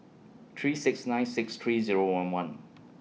three six nine six three Zero one one